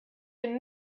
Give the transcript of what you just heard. dem